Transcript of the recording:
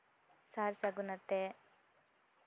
ᱥᱟᱨ ᱥᱟᱹᱜᱩᱱ ᱟᱛᱮᱜ